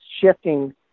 shifting